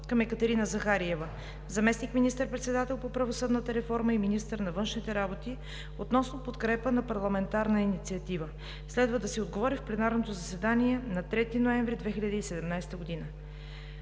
към Екатерина Захариева – заместник министър-председател по правосъдната реформа и министър на външните работи, относно подкрепа на парламентарна инициатива. Следва да се отговори в пленарното заседание на 3 ноември 2017 г.